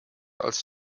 als